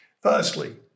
Firstly